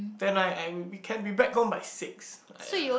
then I I we can be back home by six but ya